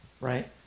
right